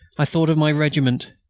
i thought of my regiment.